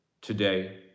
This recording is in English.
today